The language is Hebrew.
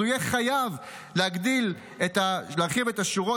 אז הוא יהיה חייב להרחיב את השירות